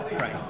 Right